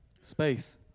Space